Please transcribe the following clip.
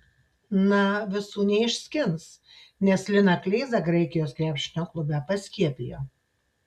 na visų neišskins nes liną kleizą graikijos krepšinio klube paskiepijo